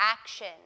action